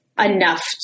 enough